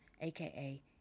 aka